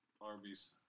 Arby's